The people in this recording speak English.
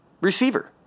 receiver